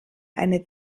eine